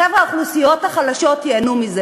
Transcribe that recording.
חבר'ה, האוכלוסיות החלשות ייהנו מזה.